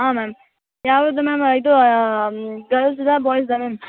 ಹಾಂ ಮ್ಯಾಮ್ ಯಾವುದು ಮ್ಯಾಮ್ ಇದು ಗರ್ಲ್ಸ್ದಾ ಬಾಯ್ಸ್ದಾ ಮ್ಯಾಮ್